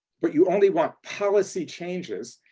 but you only want policy changes,